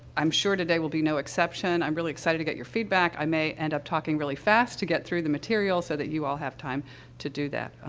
i'm sure today will be no exception. i'm really excited to get your feedback. i may end up talking really fast to get through the material so that you all have time to do that. um,